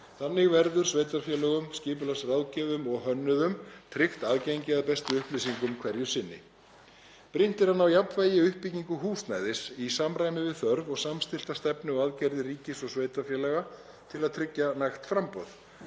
Þannig verður sveitarfélögum, skipulagsráðgjöfum og hönnuðum tryggt aðgengi að bestu upplýsingum hverju sinni. Brýnt er að ná jafnvægi í uppbyggingu húsnæðis í samræmi við þörf og samstilla stefnu og aðgerðir ríkis og sveitarfélaga til að tryggja nægt framboð.